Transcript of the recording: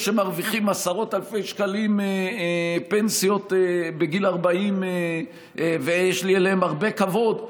שמרוויחים עשרות אלפי שקלים פנסיות בגיל 40. יש לי אליהם הרבה כבוד,